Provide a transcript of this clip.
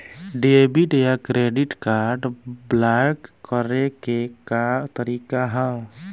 Debit या credit card block करे के का तरीका ह?